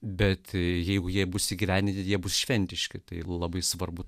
bet jeigu jie bus įgyvendinti jie bus šventiški tai labai svarbu